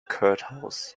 courthouse